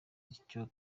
icyo